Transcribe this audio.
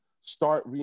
Start